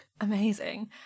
amazing